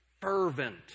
Fervent